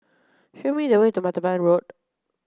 show me the way to Martaban Road